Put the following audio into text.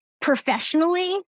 professionally